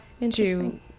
interesting